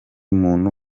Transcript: muntu